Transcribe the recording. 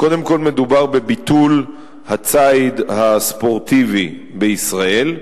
קודם כול, מדובר בביטול הציד הספורטיבי בישראל.